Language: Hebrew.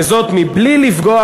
בלי לפגוע,